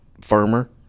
firmer